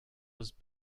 was